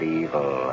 evil